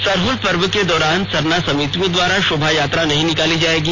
सरहल पर्व के दौरान सरना समितियों द्वारा शोभायात्रा नहीं निकाली जायेगी